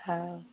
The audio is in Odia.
ହଁ